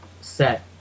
set